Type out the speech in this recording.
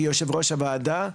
כיושב ראש הוועדה,